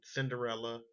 Cinderella